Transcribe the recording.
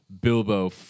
Bilbo